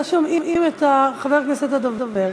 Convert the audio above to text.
לא שומעים את חבר הכנסת הדובר.